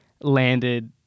landed